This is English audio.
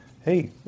Hey